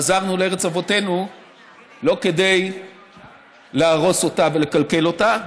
חזרנו לארץ אבותינו לא כדי להרוס אותה ולקלקל אותה.